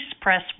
press